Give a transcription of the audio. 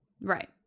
Right